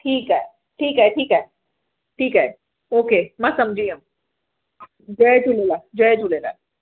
ठीकु आहे ठीकु आहे ठीकु आहे ठीकु आहे ओके मां सम्झी वियमि जय झूलेलाल जय झूलेलाल